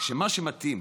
שמה שמתאים